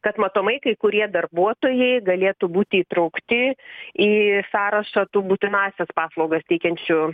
kad matomai kai kurie darbuotojai galėtų būti įtraukti į sąrašą tų būtinąsias paslaugas teikiančių